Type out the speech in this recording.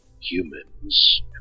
humans